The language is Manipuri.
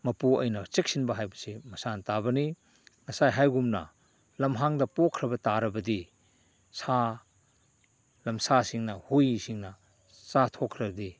ꯃꯄꯨ ꯑꯣꯏꯅ ꯆꯦꯛꯁꯤꯟꯕ ꯍꯥꯏꯕꯁꯤ ꯃꯁꯥꯅ ꯇꯥꯕꯅꯤ ꯉꯁꯥꯏ ꯍꯥꯏꯕꯒꯨꯝꯅ ꯂꯝꯍꯥꯡꯗ ꯄꯣꯛꯈ꯭ꯔꯕ ꯇꯥꯔꯕꯗꯤ ꯁꯥ ꯂꯝ ꯁꯥꯁꯤꯡꯅ ꯍꯨꯏꯁꯤꯡꯅ ꯆꯥꯊꯣꯛꯈ꯭ꯔꯗꯤ